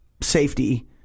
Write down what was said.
safety